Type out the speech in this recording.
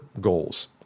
goals